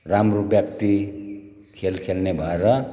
राम्रो व्यक्ति खेल खेल्ने भएर